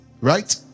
Right